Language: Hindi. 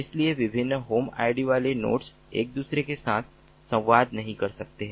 इसलिए विभिन्न होम आईडी वाले नोड्स एक दूसरे के साथ संवाद नहीं कर सकते हैं